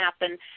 happen